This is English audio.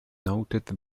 noted